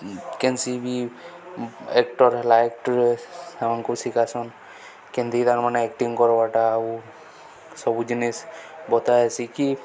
କେନସି ବି ଆକ୍ଟର୍ ହେଲା ଆକ୍ଟରେସ୍ ମାନଙ୍କୁ ଶିଖାସନ୍ କେନ୍ତିି ତା'ର ମାନେ ଆକ୍ଟିଙ୍ଗ କାରବାରଟା ଆଉ ସବୁ ଜିନିଷ୍ ବତା ହେ ଶିକି